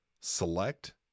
select